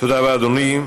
תודה רבה, אדוני.